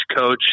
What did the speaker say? coach